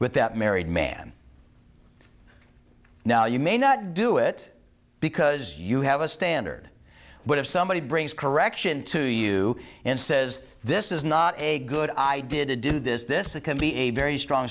with that married man now you may not do it because you have a standard but if somebody brings correction to you and says this is not a good idea to do this it can be a very strong